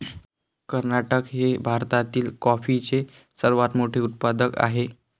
कर्नाटक हे भारतातील कॉफीचे सर्वात मोठे उत्पादक आहे